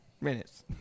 minutes